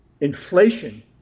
inflation